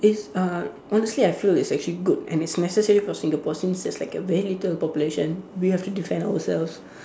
it's uh honestly I feel it's actually good and it's necessary for Singapore since there's like a very little population we have to defend ourselves